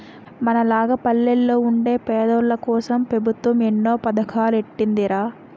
మనలాగ పల్లెల్లో వుండే పేదోల్లకోసం పెబుత్వం ఎన్నో పదకాలెట్టీందిరా